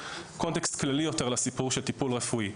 קונטקסט כללי יותר לסיפור של טיפול רפואי.